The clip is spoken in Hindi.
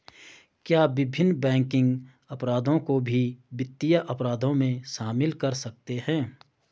क्या विभिन्न बैंकिंग अपराधों को भी वित्तीय अपराधों में शामिल कर सकते हैं?